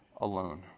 alone